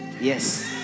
yes